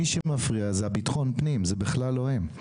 מי שמפריע זה ביטחון הפנים, זה בכלל לא הם.